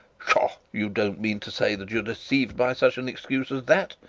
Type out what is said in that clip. pshaw! you don't mean to say that you are deceived by such an excuse as that.